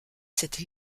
cette